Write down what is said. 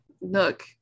nook